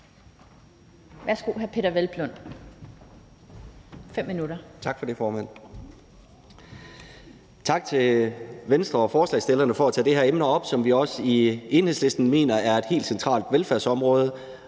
Tak til Venstre og forslagsstillerne for at tage det her emne om det, som vi også i Enhedslisten mener er et helt centralt velfærdsområde,